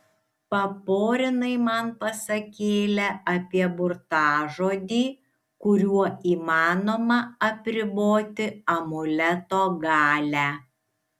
paporinai man pasakėlę apie burtažodį kuriuo įmanoma apriboti amuleto galią